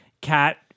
cat